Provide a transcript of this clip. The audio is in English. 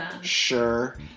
sure